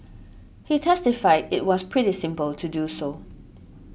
he testified it was pretty simple to do so